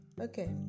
okay